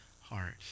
heart